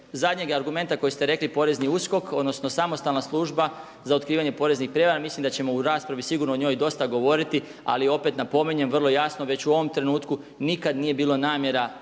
zadnjega argumenta koji ste rekli, porezni USKOK, odnosno samostalna služba za otkrivanje poreznih prijevara mislim da ćemo u raspravi sigurno o njoj dosta govoriti ali opet napominjem vrlo jasno već u ovom trenutku nikad nije bila namjera nikakva